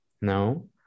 no